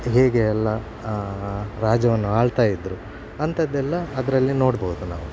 ಹೇಗೆ ಎಲ್ಲ ರಾಜ್ಯವನ್ನು ಆಳ್ತಾ ಇದ್ದರು ಅಂಥದ್ದೆಲ್ಲ ಅದರಲ್ಲಿ ನೋಡಬಹುದು ನಾವು